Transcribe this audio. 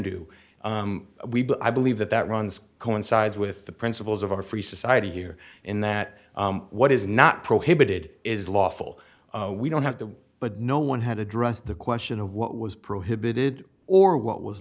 but i believe that that runs coincides with the principles of our free society here in that what is not prohibited is lawful we don't have to but no one had addressed the question of what was prohibited or what was